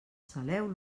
saleu